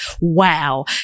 wow